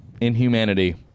Inhumanity